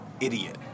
idiot